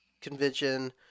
convention